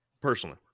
personally